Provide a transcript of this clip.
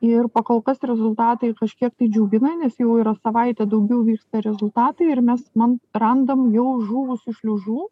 ir kol kas rezultatai kažkiek tai džiugina nes jau yra savaitę daugiau vyksta rezultatai ir mes man randam jau žuvusių šliužų